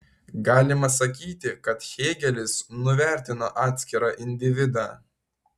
galima sakyti kad hėgelis nuvertino atskirą individą